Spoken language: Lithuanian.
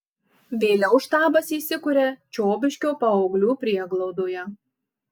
vėliau štabas įsikuria čiobiškio paauglių prieglaudoje